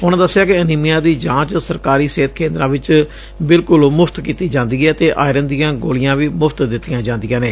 ਉਨੂਂ ਦਸਿਆ ਕਿ ਅਨੀਮੀਆ ਦੀ ਜਾਂਚ ਸਰਕਾਰੀ ਸਿਹਤ ਕੇਂਦਰਾਂ ਵਿਚ ਬਿਲਕੁਲ ਮੁਫ਼ਤ ਕੀਤੀ ਜਾਂਦੀ ਏ ਅਤੇ ਆਇਰਨ ਦੀਆਂ ਗੋਲੀਆਂ ਵੀ ਮੁਫ਼ਤ ਦਿੱਤੀਆਂ ਜਾਂਦੀਆਂ ਨੇ